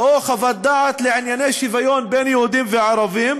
או חוות דעת לענייני שוויון בין יהודים לערבים,